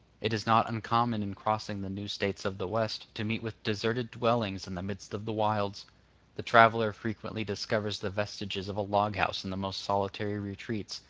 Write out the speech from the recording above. it is not uncommon in crossing the new states of the west to meet with deserted dwellings in the midst of the wilds the traveller frequently discovers the vestiges of a log house in the most solitary retreats,